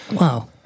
Wow